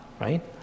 right